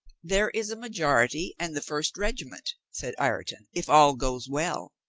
there is a majority and the first regiment, said ireton, if all goes well.